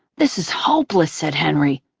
this is hopeless, said henry.